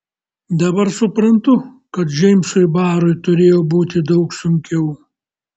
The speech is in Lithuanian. dabar suprantu kad džeimsui barui turėjo būti daug sunkiau